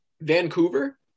Vancouver